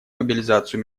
мобилизацию